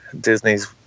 Disney's